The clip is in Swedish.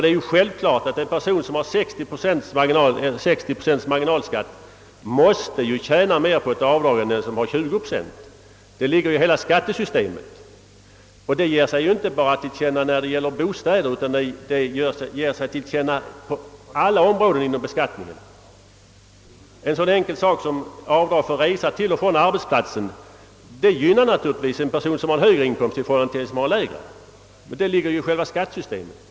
Det är självklart att en person med 60 procents marginalskatt måste tjäna mer på ett avdrag än den som har 20 procent. Det ger sig till känna inte bara i fråga om bostäder utan i fråga om alla områden inom beskattningen. En sådan enkel sak som avdrag för resa till och från arbetsplatsen gynnar naturligtvis mera en person med högre inkomst än en person med lägre inkomst. Det ligger i själva skattesystemet.